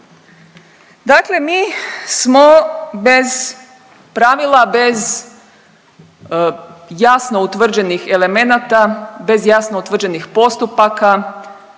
Dakle mi smo bez pravila, bez jasno utvrđenih elemenata, bez jasno utvrđenih postupaka,